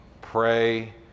pray